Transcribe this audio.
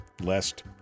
lest